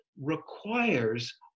requires